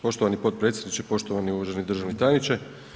Poštovani potpredsjedniče, poštovani uvaženi državni tajniče.